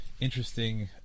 interesting